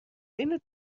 بین